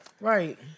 Right